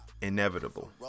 inevitable